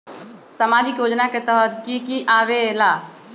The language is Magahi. समाजिक योजना के तहद कि की आवे ला?